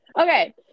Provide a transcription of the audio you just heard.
Okay